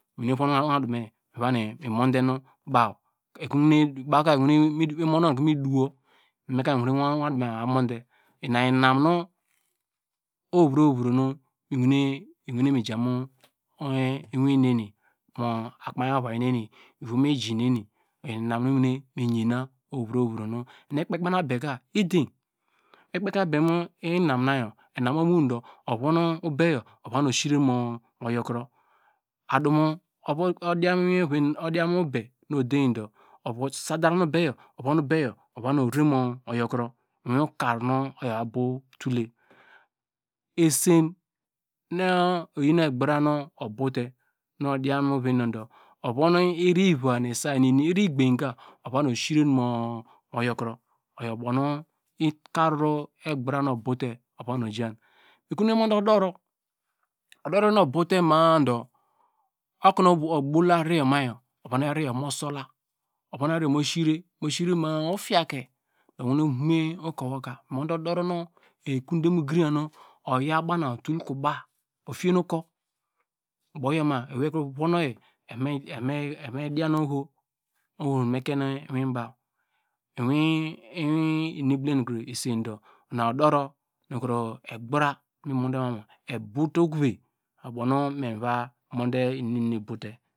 Miwene vude uwadume me vani mondenu baw baw ka inmonuwon ikro mi duwo meka mi wene von uwadume meka me wene ina inam nu ohovro hovro nu iwene mi jamu iwin neni akpei avineni ijineni ina inum nu iwene miyena ekpekobaw nu abeka idien ekpekenu abe mu enamu yor enam oyi du ovonu ubeyor ovan usire moyor kuro adumu odian mu iwin ube nu odien du okro saden ubeyor ovan obeyon ovon oreremu yorkno mi iwin okar nu oya ova botole esen nu oyi egbara nu ubow te nu odian mu oveninu du oyon ini iva nu isay nu ini iri egbany ke ovan nu sire mu yor knoro oyo ubonu okar nu egbara nu ubuote ojan okro. onde oduro oduro nu obowete madu okonu ubow eniyor ma ovan ariyo oyo mu sola ovon ariyor ova mu sire mu sire ma- a of ake owe mu vome uku woka odoronu ekonde mu ugrehan nu oyan baw na utul koba otein nu ukun ubow yor ma ewei ekro you oyei evome dian oho evo mekiene iwinba mu iwin num nu igbolmahine nu isen do uduro nu kro egbara mi monte ma mu ebowte okoyi.